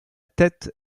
tête